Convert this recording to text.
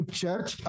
church